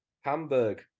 Hamburg